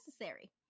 necessary